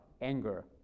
anger